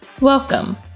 Welcome